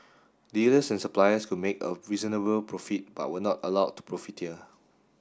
dealers and suppliers could make a reasonable profit but were not allowed to profiteer